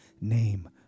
name